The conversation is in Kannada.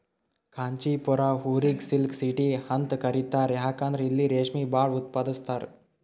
ಕಾಂಚಿಪುರಂ ಊರಿಗ್ ಸಿಲ್ಕ್ ಸಿಟಿ ಅಂತ್ ಕರಿತಾರ್ ಯಾಕಂದ್ರ್ ಇಲ್ಲಿ ರೇಶ್ಮಿ ಭಾಳ್ ಉತ್ಪಾದಸ್ತರ್